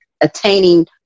attaining